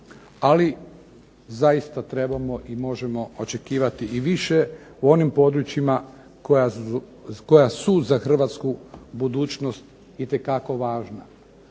Ali, zaista trebamo i možemo očekivati i više u onim područjima koja su za hrvatsku budućnost itekako važna.